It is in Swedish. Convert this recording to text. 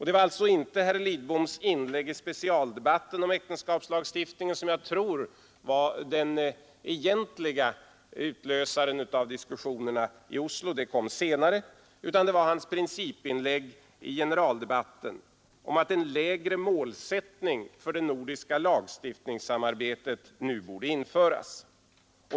Det var alltså inte herr Lidboms inlägg i specialdebatten om äktenskapslagstiftningen som jag tror var den egentliga utlösaren av diskussionerna i Oslo — det inlägget kom senare — utan det var hans principinlägg i generaldebatten om att en lägre målsättning för det nordiska lagstiftningssamarbetet nu borde införas.